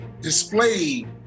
displayed